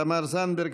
תמר זנדברג,